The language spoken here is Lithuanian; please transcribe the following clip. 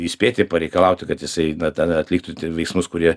įspėti pareikalauti kad jisai na ten atliktų veiksmus kurie